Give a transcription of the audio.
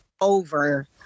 over